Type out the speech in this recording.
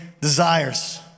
desires